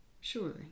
Surely